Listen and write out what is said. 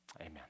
Amen